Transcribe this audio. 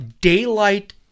daylight